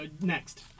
Next